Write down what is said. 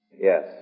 yes